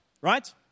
right